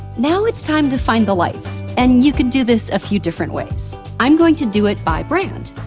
now, it's time to find the lights and you can do this a few different ways. i'm going to do it by brand.